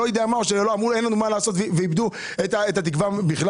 לא יודע מה או אמרו: אין לנו מה לעשות ואיבדו את התקווה בכלל?